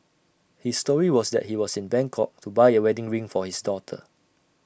his story was that he was in Bangkok to buy A wedding ring for his daughter